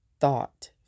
thought